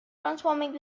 transforming